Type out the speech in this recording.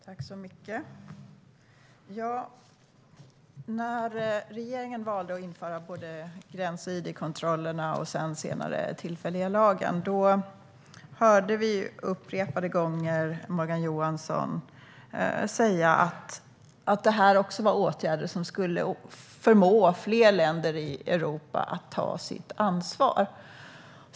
Herr talman! När regeringen valde att införa både gräns-id-kontrollerna och senare den tillfälliga lagen hörde vi upprepade gånger Morgan Johansson säga att det här också var åtgärder som skulle förmå fler länder i Europa att ta sitt ansvar.